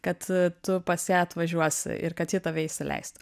kad tu pas ją atvažiuosi ir kad ji tave įsileistų